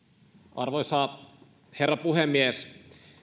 arvoisa herra puhemies